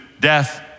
death